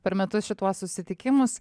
per metus šituos susitikimus